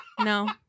no